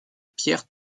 pierre